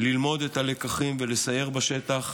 ללמוד את הלקחים ולסייר בשטח,